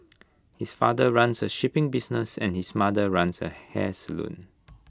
his father runs A shipping business and his mother runs A hair salon